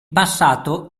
passato